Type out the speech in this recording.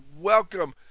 Welcome